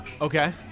Okay